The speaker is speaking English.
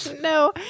no